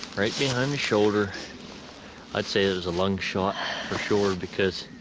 right behind the shoulder i'd say there's a long shot for sure because